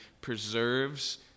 preserves